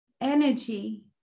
energy